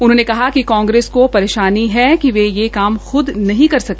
उन्होंने कहा कि कांग्रेस को परेशानी है कि वह यह काम खूद नहीं कर सकी